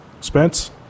Spence